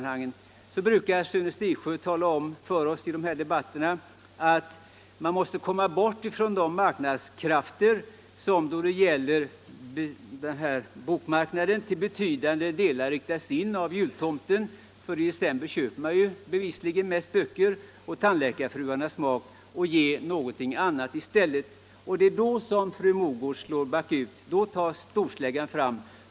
Han brukar tala om för oss i dessa debatter att man måste komma bort från de marknadskrafter som på bokmarknaden till betydande delar riktats in av jultomten — i december köper man bevisligen mest böcker — och tandläkarfruarnas smak, och ge någonting annat i stället. Det är då som fru Mogård slår bakut. Då tas storsläggan fram.